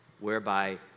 whereby